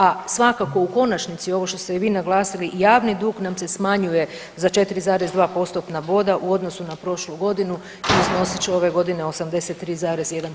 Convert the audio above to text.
A svakako u konačnici ovo što ste i vi naglasili javni dug nam se smanjuje za 4,2 postotna boda u odnosu na prošlu godinu i iznosit će ove godine 83,1% [[Upadica: Hvala vam.]] BDP-a.